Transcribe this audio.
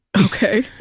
okay